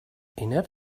enough